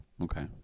Okay